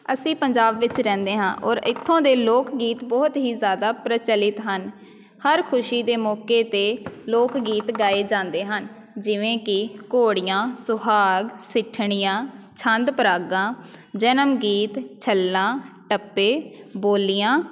ਅਸੀਂ ਪੰਜਾਬ ਵਿੱਚ ਰਹਿੰਦੇ ਹਾਂ ਔਰ ਇੱਥੋਂ ਦੇ ਲੋਕ ਗੀਤ ਬਹੁਤ ਹੀ ਜ਼ਿਆਦਾ ਪ੍ਰਚਲਿਤ ਹਨ ਹਰ ਖੁਸ਼ੀ ਦੇ ਮੌਕੇ 'ਤੇ ਲੋਕ ਗੀਤ ਗਾਏ ਜਾਂਦੇ ਹਨ ਜਿਵੇਂ ਕਿ ਘੋੜੀਆਂ ਸੁਹਾਗ ਸਿੱਠਣੀਆਂ ਛੰਦ ਪਰਾਗਾਂ ਜਨਮ ਗੀਤ ਛੱਲਾ ਟੱਪੇ ਬੋਲੀਆਂ